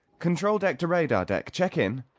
control deck to radar deck. check in!